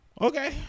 okay